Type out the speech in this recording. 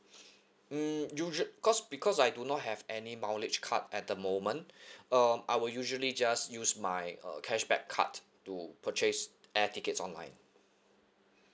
mm usua~ cause because I do not have any mileage card at the moment um I will usually just use my uh cashback card to purchase air tickets online